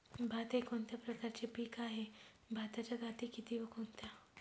भात हे कोणत्या प्रकारचे पीक आहे? भाताच्या जाती किती व कोणत्या?